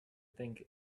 think